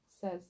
says